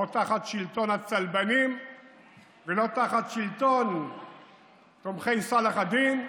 לא תחת שלטון הצלבנים ולא תחת שלטון תומכי צלאח א-דין,